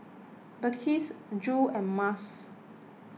Balqis Zul and Mas